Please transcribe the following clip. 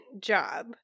job